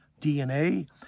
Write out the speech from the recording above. DNA